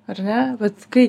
ar ne vat kai